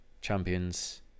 champions